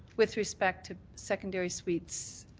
with respect to secondary suites,